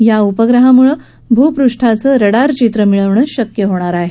या उपग्रहामुळे भूपुष्ठाचं रडार चित्र मिळवणं शक्य होणार आहे